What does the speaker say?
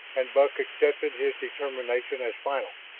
and buck accepted his determination as final.